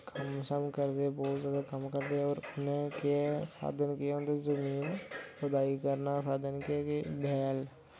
कम्म शम्म करदे बोह्त जैदा कम्म करदे और उनें केह् ऐ साधन केह् ऐ उंदी जिमीं दा खुदाई करना साधन केह् ऐ कि बैल